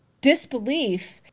disbelief